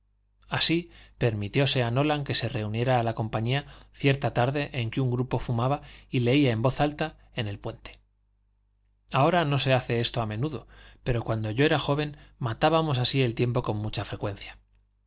así permitióse a nolan que se reuniera a la compañía cierta tarde en que un grupo fumaba y leía en voz alta en el puente ahora no se hace esto a menudo pero cuando yo era joven matábamos así el tiempo con mucha frecuencia